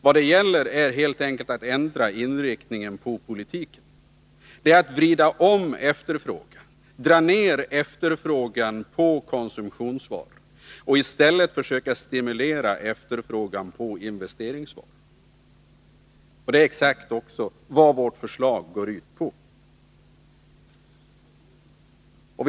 Vad det gäller är helt enkelt att ändra inriktningen på politiken. Det gäller att vrida om efterfrågan, att dra ner efterfrågan på konsumtionsvaror och i stället försöka stimulera efterfrågan på investeringsvaror. Det är exakt det som vårt förslag för att förstärka budgeten för att förstärka budgeten går ut på.